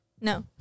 No